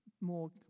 more